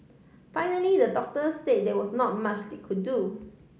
finally the doctor say there was not much they could do